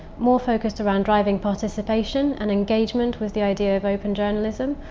more focused around driving participation and engagement with the idea of open journalism.